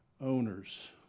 owners